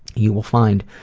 you will find,